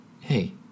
hey